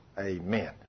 amen